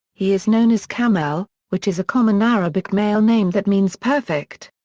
he is known as kamel, which is a common arabic male name that means perfect.